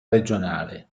regionale